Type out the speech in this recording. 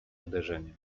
uderzenie